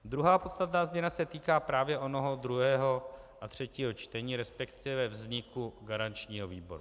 Druhá podstatná změna se týká právě onoho druhého a třetího čtení, resp. vzniku garančního výboru.